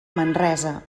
manresa